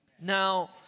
Now